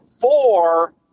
four